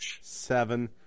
seven